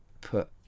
put